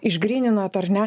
išgryninot ar ne